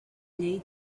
llei